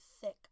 thick